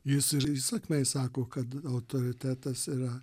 jis įsakmiai sako kad autoritetas yra